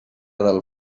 del